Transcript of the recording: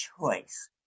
choice